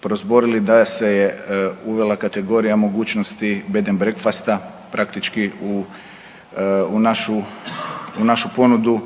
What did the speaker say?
prozborili da se je uvela kategorija mogućnosti bed & breakfasta praktički u, u našu, u našu ponudu